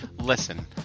listen